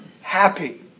happy